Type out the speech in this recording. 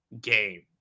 game